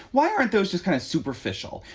why aren't those just kind of superficial?